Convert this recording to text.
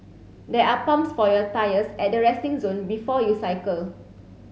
there are pumps for your tyres at the resting zone before you cycle